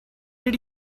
did